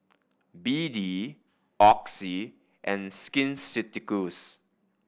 B D Oxy and Skin Ceuticals